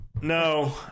no